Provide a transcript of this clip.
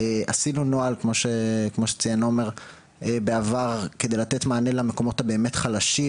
עשינו נוהל כמו שציין עומר בעבר כדי לתת מענה למקומות באמת חלשים,